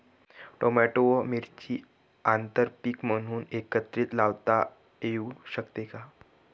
Tomato व मिरची आंतरपीक म्हणून एकत्रित लावता येऊ शकते का?